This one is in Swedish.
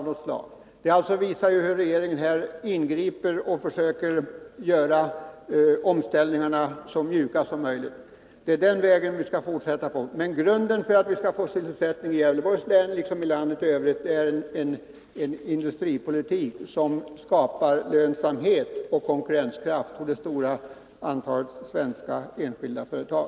Detta visar hur regeringen ingriper och försöker göra omställningarna så mjuka som möjligt. Det är den vägen vi skall fortsätta på. Men grunden för att vi skall få sysselsättning i Gävleborgs län, liksom i landet i Övrigt, är en industripolitik som skapar lönsamhet och konkurrenskraft för det stora antalet enskilda svenska företag.